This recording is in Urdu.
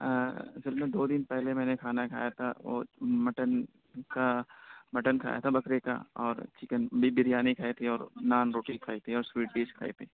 اصل میں دو دن پہلے میں نے کھانا کھایا تھا اور مٹن کا مٹن کھایا تھا بکرے کا اور چکن بیف بریانی کھائی تھی اور نان روٹی کھائی تھی اور سوئیٹ ڈش کھائی تھی